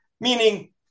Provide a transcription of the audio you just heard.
meaning